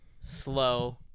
slow